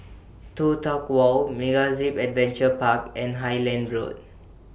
Toh Tuck Walk MegaZip Adventure Park and Highland Road